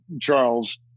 Charles